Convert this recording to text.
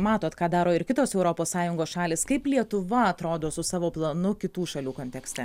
matot ką daro ir kitos europos sąjungos šalys kaip lietuva atrodo su savo planu kitų šalių kontekste